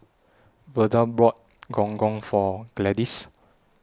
Verda bought Gong Gong For Gladis